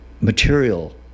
material